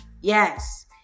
Yes